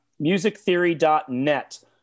musictheory.net